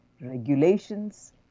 regulations